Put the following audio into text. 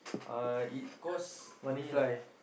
uh it cost only like